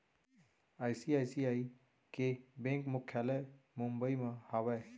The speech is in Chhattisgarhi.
आई.सी.आई.सी.आई के बेंक मुख्यालय मुंबई म हावय